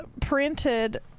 printed